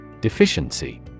Deficiency